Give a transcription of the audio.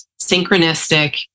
synchronistic